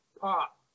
pop